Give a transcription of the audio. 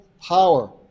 power